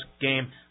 game